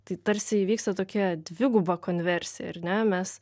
tai tarsi įvyksta tokia dviguba konversija ar ne mes